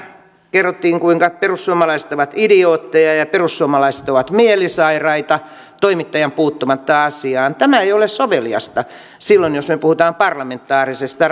kerrottiin kuinka perussuomalaiset ovat idiootteja ja ja perussuomalaiset ovat mielisairaita toimittajan puuttumatta asiaan tämä ei ole soveliasta silloin jos me puhumme parlamentaarisesta